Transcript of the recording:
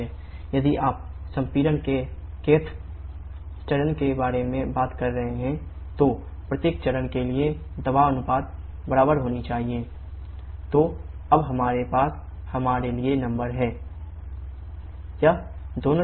यदि आप संपीड़न के kth चरण के बारे में बात कर रहे हैं तो प्रत्येक चरण के लिए दबाव अनुपात के बराबर होना चाहिए PfinalPinitial1k तो अब हमारे पास हमारे लिए नंबर हैं यह दोनों चरणों के लिए है